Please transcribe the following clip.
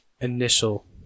initial